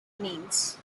names